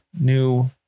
new